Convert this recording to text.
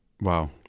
Wow